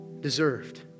deserved